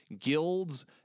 guilds